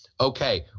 Okay